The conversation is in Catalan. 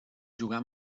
jugar